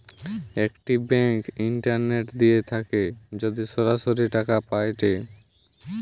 একটি bank internet দিয়ে থাকে যদি সরাসরি টাকা পায়েটে